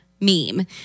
meme